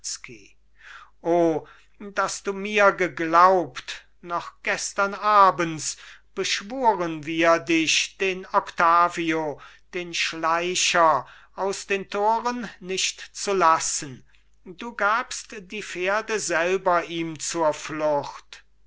o daß du mir geglaubt noch gestern abends beschwuren wir dich den octavio den schleicher aus den toren nicht zu lassen du gabst die pferde selber ihm zur flucht